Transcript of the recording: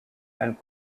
and